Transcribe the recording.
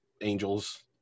angels